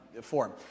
form